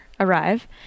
Arrive